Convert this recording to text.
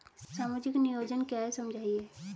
सामाजिक नियोजन क्या है समझाइए?